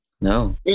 No